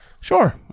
Sure